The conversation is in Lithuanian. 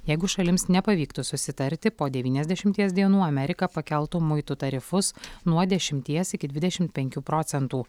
jeigu šalims nepavyktų susitarti po devyniasdešimties dienų amerika pakeltų muitų tarifus nuo dešimties iki dvidešimt penkių procentų